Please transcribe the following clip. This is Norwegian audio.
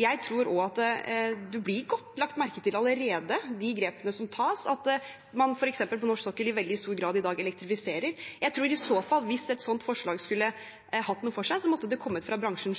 Jeg tror også at de blir godt lagt merke til allerede, de grepene som tas, at man f.eks. på norsk sokkel i veldig stor grad i dag elektrifiserer. Jeg tror i så fall at hvis et slikt forslag skulle hatt noe for seg, måtte det ha kommet fra bransjen